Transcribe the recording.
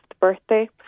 birthday